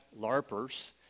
LARPers